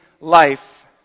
life